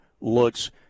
looks